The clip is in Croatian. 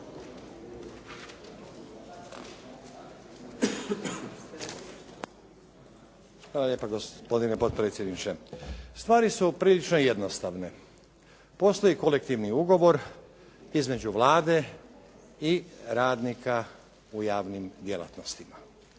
Hvala lijepa, gospodine potpredsjedniče. Stvari su prilično jednostavne. Postoji kolektivni ugovor između Vlade i radnika u javnim djelatnostima.